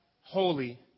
holy